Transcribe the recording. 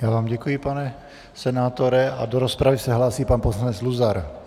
Já vám děkuji, pane senátore, a do rozpravy se hlásí pan poslanec Luzar.